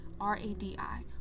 R-A-D-I